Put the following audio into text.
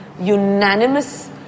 unanimous